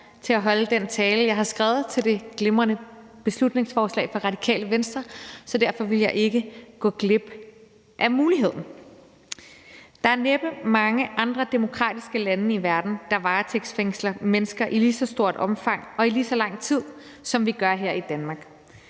for at holde den tale, jeg har skrevet til det glimrende beslutningsforslag fra Radikale Venstre. Så derfor ville jeg ikke gå glip af muligheden. Der er næppe mange andre demokratiske lande i verden, der varetægtsfængsler mennesker i lige så stort omfang og i lige så lang tid, som vi gør her i Danmark,